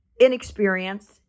inexperienced